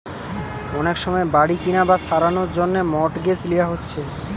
অনেক সময় বাড়ি কিনা বা সারানার জন্যে মর্টগেজ লিয়া হচ্ছে